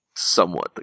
somewhat